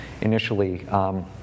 initially